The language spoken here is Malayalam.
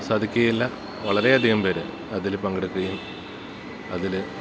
സാധിക്കുകയില്ല വളരെയധികം പേർ അതിൽ പങ്കെടുക്കുകയും അതിൽ